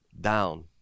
down